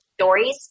stories